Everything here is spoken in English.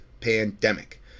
pandemic